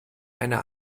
eine